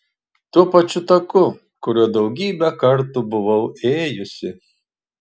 tuo pačiu taku kuriuo daugybę kartų buvau ėjusi